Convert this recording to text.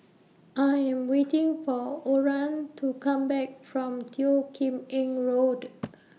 I Am waiting For Oran to Come Back from Teo Kim Eng Road